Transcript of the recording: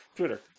Twitter